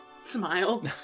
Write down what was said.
Smile